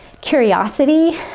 curiosity